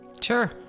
Sure